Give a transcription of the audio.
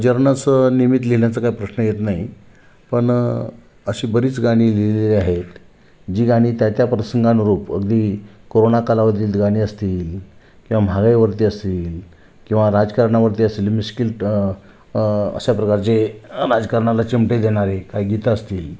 जर्नस नियमित लिहिण्याचा काही प्रश्न येत नाही पण अशी बरीच गाणी लिहिलेली आहेत जी गाणी त्या त्या प्रसंगानुरूप अगदी कोरोना कालावधीतली गाणी असतील किंवा महागाईवरती असतील किंवा राजकारणावरती असलेली मिश्कील अशाप्रकारचे राजकारणाला चिमटे देणारे काही गीतं असतील